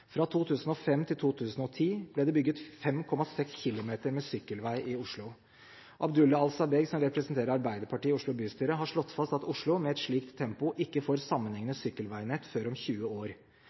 Fra 2005 til 2010 ble det bygget 5,6 kilometer med sykkelvei i Oslo. Abdullah Alsabeehg, som representerer Arbeiderpartiet i Oslo bystyre, har slått fast at Oslo, med et slikt tempo, ikke får sammenhengende sykkelveinett før om 20 år.